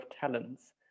talents